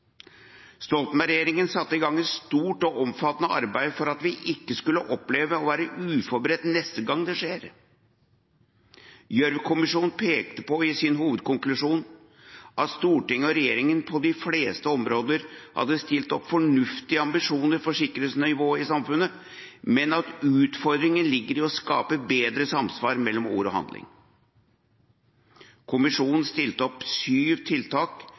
Stoltenberg-regjeringen satte i gang et stort og omfattende arbeid for at vi ikke skulle oppleve å være uforberedt neste gang det skjer. Gjørv-kommisjonen pekte på i sin hovedkonklusjon at storting og regjering på de fleste områder hadde stilt opp fornuftige ambisjoner for sikkerhetsnivået i samfunnet, men at utfordringene ligger i å skape bedre samsvar mellom ord og handling. Kommisjonen stilte opp syv tiltak